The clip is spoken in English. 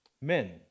men